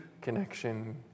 connection